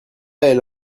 elle